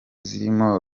zirimo